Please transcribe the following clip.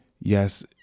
yes